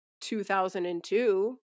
2002